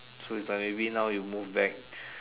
so is like maybe now you move back